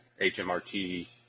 HMRT